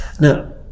Now